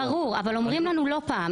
ברור, אבל אומרים לנו לא פעם.